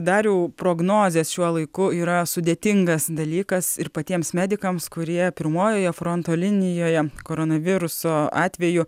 dariau prognozės šiuo laiku yra sudėtingas dalykas ir patiems medikams kurie pirmojoje fronto linijoje koronaviruso atveju